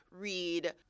read